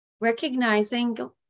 recognizing